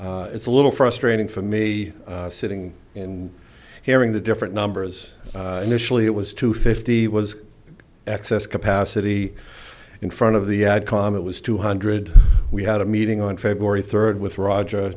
it's a little frustrating for me sitting and hearing the different numbers initially it was to fifty was excess capacity in front of the com it was two hundred we had a meeting on february third with roger